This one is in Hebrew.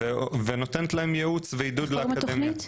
ונותנת להם ייעוץ ועידוד לאקדמיה --- איך קוראים לתוכנית?